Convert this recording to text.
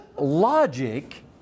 logic